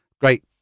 great